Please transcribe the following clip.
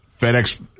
FedEx